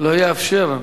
לא אאפשר,